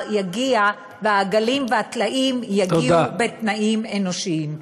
יגיע והעגלים והטלאים יגיעו בתנאים אנושיים.